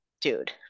dude